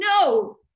no